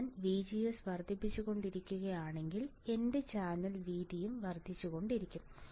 ഞാൻ VGS വർദ്ധിപ്പിച്ചുകൊണ്ടിരിക്കുകയാണെങ്കിൽ എന്റെ ചാനൽ വീതിയും വർദ്ധിച്ചുകൊണ്ടിരിക്കും